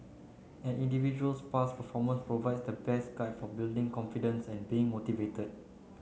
an individual's past performance provides the best guide for building confidence and being motivated